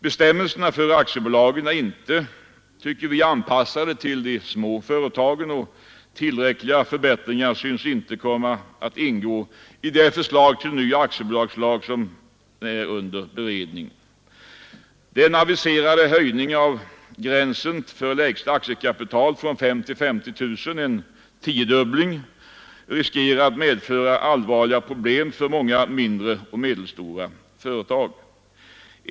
Bestämmelserna för aktiebolagen är inte anpassade till de små företagen, och tillräckliga förbättringar synes inte komma att ingå i det förslag till ny aktiebolagslag som är under beredning. Den aviserade höjningen av gränsen för lägsta aktiekapital från 5 000 till 50 000 kronor — en tiodubbling — riskerar att medföra allvarliga problem för många mindre och medelstora företag.